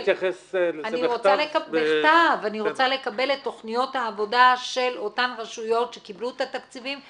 רוצה לקבל את תכניות העבודה של אותן רשויות שקיבלו את התקציבים,